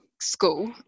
school